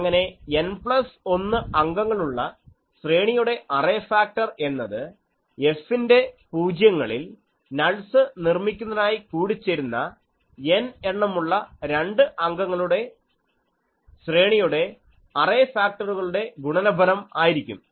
അങ്ങനെ n plus 1 അംഗങ്ങളുള്ള ശ്രേണിയുടെ അറേ ഫാക്ടർ എന്നത് F ൻ്റെ പൂജ്യങ്ങളിൽ നൾസ് നിർമ്മിക്കുന്നതായി കൂടിച്ചേരുന്ന N എണ്ണമുള്ള രണ്ട് അംഗങ്ങളുടെ ശ്രേണിയുടെ അറേ ഫാക്ടറുകളുടെ ഗുണനഫലം ആയിരിക്കും